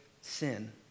sin